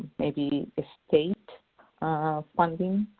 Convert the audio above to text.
maybe state funding,